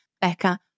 Becca